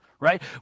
Right